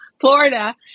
Florida